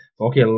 Okay